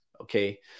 Okay